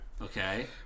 Okay